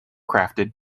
crafted